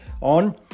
on